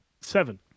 seven